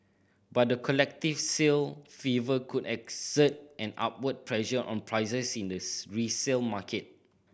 but the collective sale fever could exert an upward pressure on prices in this resale market